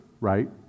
right